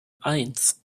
eins